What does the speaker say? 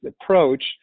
approach